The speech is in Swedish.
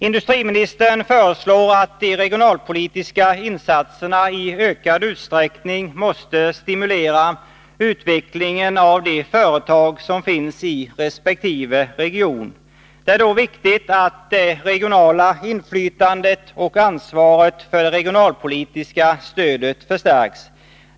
Industriministern föreslår att de regionalpolitiska insatserna i ökad utsträckning skall stimulera utvecklingen av de företag som finns i resp. region. Det är då viktigt att det regionala inflytandet och ansvaret för det regionalpolitiska stödet förstärks.